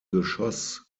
geschoss